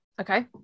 Okay